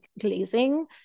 glazing